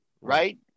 Right